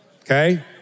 Okay